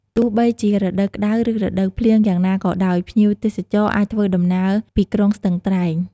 ទោះបីជារដូវក្តៅ ឬរដូវភ្លៀងយ៉ាងណាក៏ដោយ ភ្ញៀវទេសចរអាចធ្វើដំណើរពីក្រុងស្ទឹងត្រែង ។